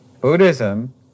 Buddhism